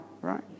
right